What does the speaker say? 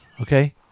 okay